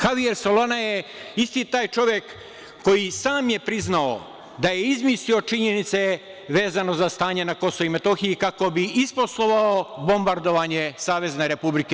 Havijer Solana je isti taj čovek koji je sam priznao da je izmislio činjenice vezano za stanje na Kosovu i Metohiji kako bi isposlovao bombardovanje SRJ.